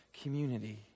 community